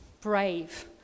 brave